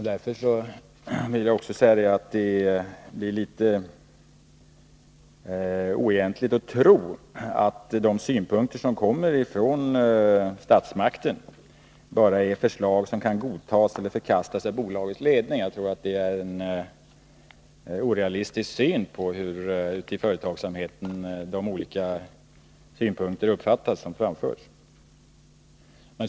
Därför vill jag också säga att det är litet oegentligt att tro att de synpunkter som kommer från statsmakten bara är förslag som kan godtas eller förkastas av bolagets ledning. Jag tror att det är en orealistisk syn på hur olika synpunkter som framförs uppfattas ute i företagsamheten.